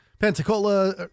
Pensacola